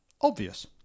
obvious